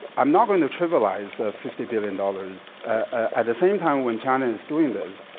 i'm not going to trivialize ah fifty billion dollars. ah at the same time when china is doing this,